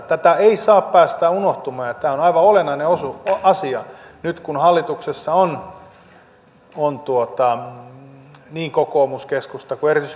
tätä ei saa päästää unohtumaan ja tämä on aivan olennainen asia nyt kun hallituksessa ovat niin kokoomus keskusta kuin erityisesti perussuomalaiset